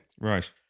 Right